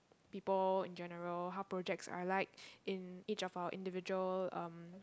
people in general how projects I like in each of our individual um